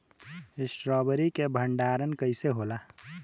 Strawberry के भंडारन कइसे होला?